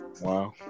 Wow